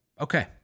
Okay